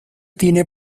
tiene